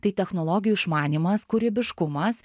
tai technologijų išmanymas kūrybiškumas